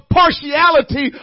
partiality